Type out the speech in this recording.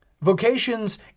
Vocations